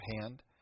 hand